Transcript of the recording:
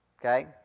Okay